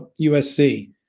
USC